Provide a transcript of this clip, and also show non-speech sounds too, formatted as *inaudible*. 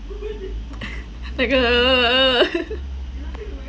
*laughs* like uh *laughs*